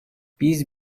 biz